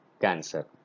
cancer